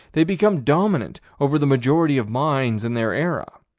they became dominant over the majority of minds in their era